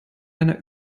einer